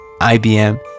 IBM